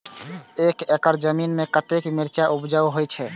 एक एकड़ जमीन में कतेक मिरचाय उपज होई छै?